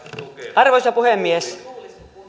arvoisa puhemies